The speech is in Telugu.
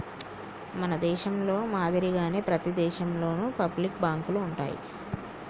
మన దేశంలో మాదిరిగానే ప్రతి దేశంలోను పబ్లిక్ బాంకులు ఉంటాయి